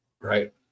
Right